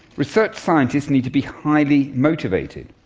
research scientists need to be highly motivated.